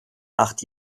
acht